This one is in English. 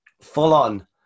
full-on